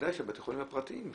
ודאי בתי החולים הפרטיים,